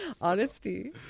Honesty